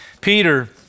Peter